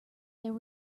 there